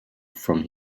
from